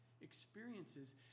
experiences